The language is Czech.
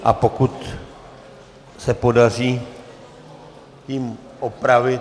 A pokud se podaří tím opravit...